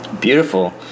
beautiful